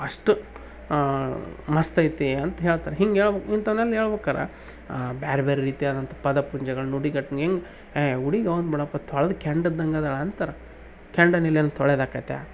ಅಷ್ಟು ಮಸ್ತ್ ಐತಿ ಅಂತ ಹೇಳ್ತಾರೆ ಹಿಂಗೆ ಹೇಳ್ಬೇಕು ಇಂಥವ್ನೆಲ್ಲ ಹೇಳ್ಬಕರೆ ಬೇರ್ ಬೇರೆ ರೀತಿ ಆದಂಥ ಪದ ಪುಂಜಗಳು ನುಡಿಗಟ್ಟನ್ನು ಹೆಂಗ್ ಹೇ ಹುಡುಗಿ ಹೌದ್ ಬುಡಪ್ಪ ತೊಳ್ದ ಕೆಂಡ ಇದ್ದಂಗೆ ಅದಾಳೆ ಅಂತಾರೆ ಕೆಂಡನ ಇಲ್ಲೇನು ತೊಳೆಯೋದಾಗತ್ತಾ